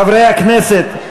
חברי הכנסת,